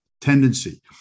tendency